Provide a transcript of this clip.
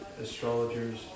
astrologers